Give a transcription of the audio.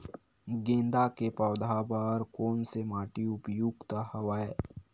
गेंदा के पौधा बर कोन से माटी उपयुक्त हवय?